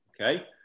Okay